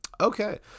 Okay